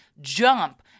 jump